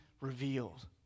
revealed